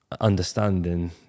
understanding